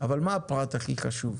אבל מה הפרט הכי חשוב?